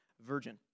virgin